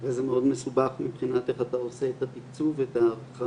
וזה מאוד מסובך מבחינת איך אתה עושה את הריצוף ואת ההערכה,